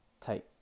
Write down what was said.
take